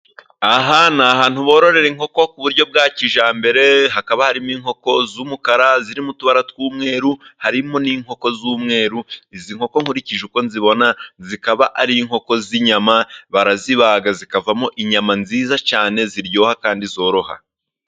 Aha ni ahantu bororera inkoko ku buryo bwa kijyambere hakaba harimo inkoko z'umukara ziri mo utubara tw'umweru harimo n'inkoko z'umweru. Izi nkoko nkurikije uko nzibona zikaba ari inkoko z'inyama barazibaga zikavamo inyama nziza cyane ziryoha kandi zoroha.